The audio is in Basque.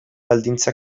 baldintza